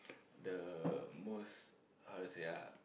the most how to say ah